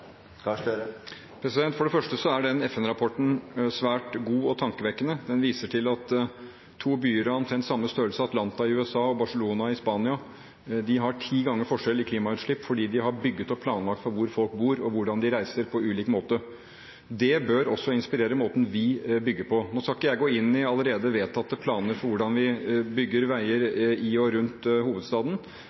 Gahr Støre være med på å ta en ny vurdering av dette prosjektet i lys av at vi må løse klimaendringene? For det første er den FN-rapporten svært god og tankevekkende. Den viser til at to byer av omtrent samme størrelse, Atlanta i USA og Barcelona i Spania, har ti ganger forskjell i klimautslipp fordi de har bygget og planlagt for hvor folk bor, og hvordan de reiser, på ulik måte. Det bør også inspirere måten vi bygger på. Nå skal ikke jeg gå inn i allerede vedtatte planer for hvordan